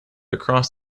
across